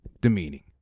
demeaning